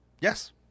Yes